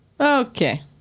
Okay